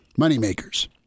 moneymakers